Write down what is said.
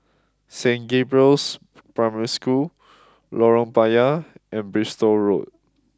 Saint Gabriel's Primary School Lorong Payah and Bristol Road